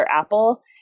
Apple